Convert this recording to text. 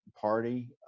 Party